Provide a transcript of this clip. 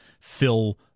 fill